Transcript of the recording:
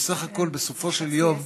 שבסך הכול, בסופו של יום,